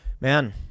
Man